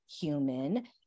human